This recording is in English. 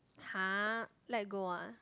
!huh! let go ah